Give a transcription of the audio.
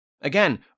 Again